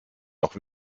noch